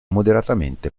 moderatamente